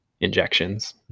injections